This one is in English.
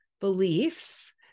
beliefs